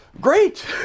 great